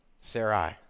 Sarai